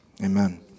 amen